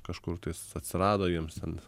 kažkur tais atsirado jiems ten